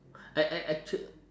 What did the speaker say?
act~ act~ actual~